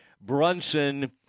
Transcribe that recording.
Brunson